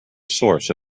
source